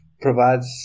provides